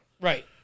Right